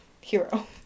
hero